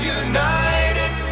united